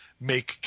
make